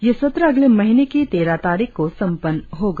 यह सत्र अगले महीने की तेरह तारीख को संपन्न होगा